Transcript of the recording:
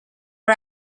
are